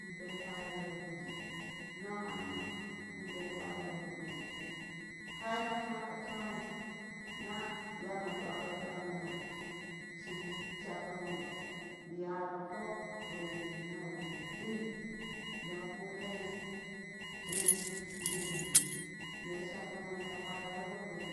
In pen paro rapo goji nong kan nang in pen paro rapo goji ka yene fuwa po tewani na yamma tuwapo tewani ya shiri sha toman yaro fuk yeni liiyini ti ku ɓuk ding lonkuu ne unti gengni nerasha tomon ya parora po goji